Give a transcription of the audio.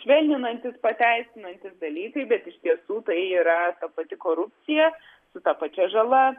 švelninantys pateisinantys dalykai bet iš tiesų tai yra pati korupcija su ta pačia žala